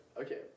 Okay